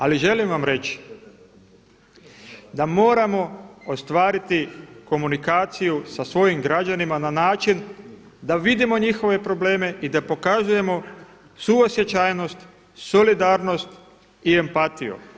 Ali želim vam reći da moramo ostvariti komunikaciju sa svojim građanima na način da vidimo njihove probleme i da pokazujemo suosjećajnost, solidarnost i empatiju.